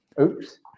Oops